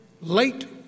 late